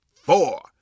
four